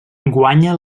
guanya